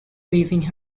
leaving